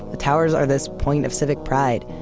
the towers are this point of civic pride.